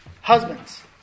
Husbands